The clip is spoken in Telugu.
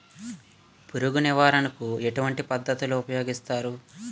పురుగు నివారణ కు ఎటువంటి పద్ధతులు ఊపయోగిస్తారు?